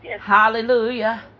hallelujah